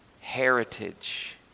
heritage